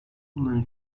bunların